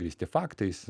grįsti faktais